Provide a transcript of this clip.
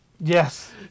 Yes